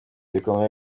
bikomeye